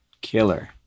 killer